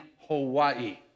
Hawaii